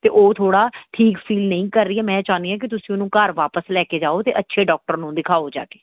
ਅਤੇ ਉਹ ਥੋੜ੍ਹਾ ਠੀਕ ਫੀਲ ਨਹੀਂ ਕਰ ਰਹੀ ਹੈ ਮੈਂ ਚਾਹੁੰਦੀ ਹਾਂ ਕਿ ਤੁਸੀਂ ਉਹਨੂੰ ਘਰ ਵਾਪਸ ਲੈ ਕੇ ਜਾਓ ਅਤੇ ਅੱਛੇ ਡਾਕਟਰ ਨੂੰ ਦਿਖਾਓ ਜਾ ਕੇ